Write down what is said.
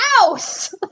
house